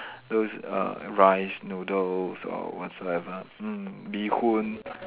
those uh rice noodles or whatsoever mm bee-hoon